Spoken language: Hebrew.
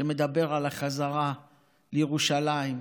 שמדבר על החזרה לירושלים,